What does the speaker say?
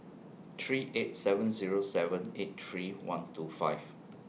three eight seven Zero seven eight three one two five